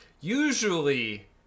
usually